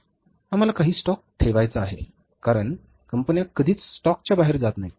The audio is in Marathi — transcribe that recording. आम्हाला काही स्टॉक ठेवायचा आहे कारण कंपन्या कधीच स्टॉकच्या बाहेर जात नाहीत